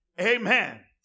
Amen